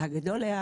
והגדול היה